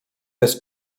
jest